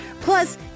Plus